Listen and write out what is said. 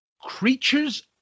Creatures